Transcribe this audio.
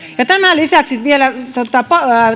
tämän lisäksi vielä